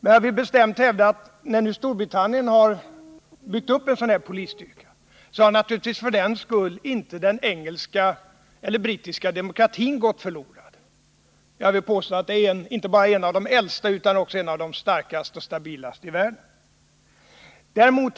Men jag vill bestämt hävda att för att Storbritannien byggt upp en sådan här polisstyrka har naturligtvis därmed inte den brittiska demokratin gått förlorad. Jag vill påstå att den är inte bara en av de äldsta utan också en av de starkaste och stabilaste demokratierna i världen.